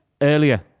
Earlier